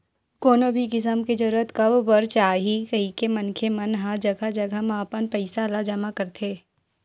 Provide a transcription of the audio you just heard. कोनो भी किसम के जरूरत कब पर जाही कहिके मनखे मन ह जघा जघा म अपन पइसा ल जमा करथे